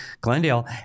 glendale